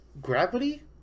gravity